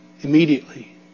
immediately